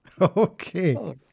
Okay